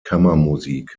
kammermusik